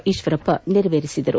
ಈಶ್ವರಪ್ಪ ನೆರವೇರಿಸಿದರು